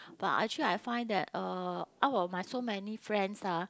but actually I find that uh out of my so many friends ah